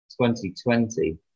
2020